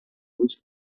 was